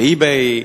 מ-eBay,